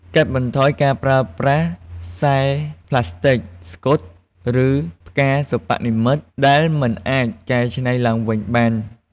កាត់បន្ថយការប្រើប្រាស់ខ្សែប្លាស្ទិក ស្កុត ឬផ្កាសិប្បនិម្មិតដែលមិនអាចកែច្នៃទ្បើងវិញបាន។